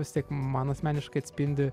vis tiek man asmeniškai atspindi